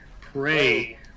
pray